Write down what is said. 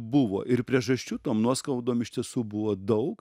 buvo ir priežasčių tom nuoskaudom iš tiesų buvo daug